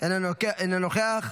אינו נוכח.